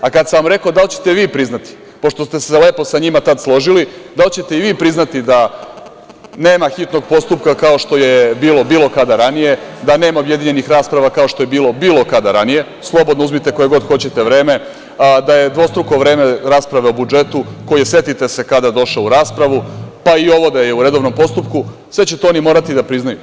Kada sam vam rekao da li ćete vi priznati, pošto ste se lepo tad sa njima složili, da li ćete i vi priznati da nema hitnog postupka kao što je bilo, bilo kada ranije, da nema objedinjenih rasprava kao što je bilo, bilo kada ranije, slobodno uzmite koje god hoćete vreme, da je dvostruko vreme rasprave o budžetu, koji setite se kada došao u raspravu, pa i ovo da je u redovnom postupku, sve će to oni morati da priznaju.